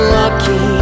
lucky